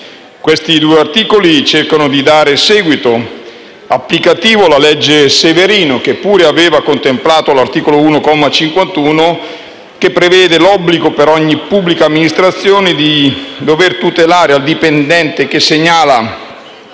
Questi due articoli cercano di dare seguito applicativo alla cosiddetta legge Severino, che pure aveva contemplato l'articolo 1, comma 51, che prevede l'obbligo per ogni pubblica amministrazione di dover tutelare il dipendente che segnali